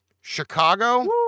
Chicago